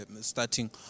starting